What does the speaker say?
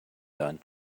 done